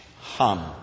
hum